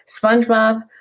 Spongebob